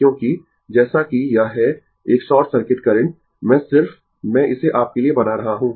क्योंकि जैसा कि यह है एक शॉर्ट सर्किट करंट मैं सिर्फ मैं इसे आपके लिए बना रहा हूं